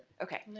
okay.